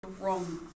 wrong